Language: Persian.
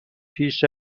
پیش